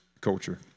culture